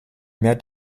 mehr